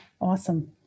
awesome